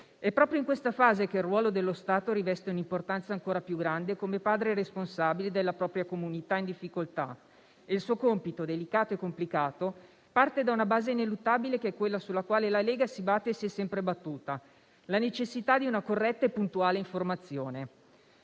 È proprio in questa fase che il ruolo dello Stato riveste un'importanza ancora più grande, come padre responsabile della propria comunità in difficoltà. Il suo compito, delicato e complicato, parte da una base ineluttabile, che è quella sulla quale la Lega si batte e si è sempre battuta: la necessità di una corretta e puntuale informazione.